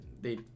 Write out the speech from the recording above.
they-